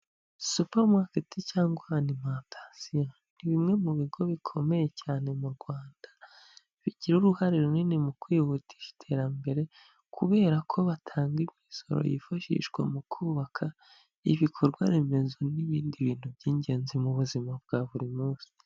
Supemaketi cyangwa alimantasiyo ni bimwe mu bigo bikomeye cyane mu Rwanda, bigira uruhare runini mu kwihutisha iterambere kubera ko batanga imisoro yifashishwa mu kubaka ibikorwaremezo n'ibindi bintu by'ingenzi mu buzima bwa buri munsi.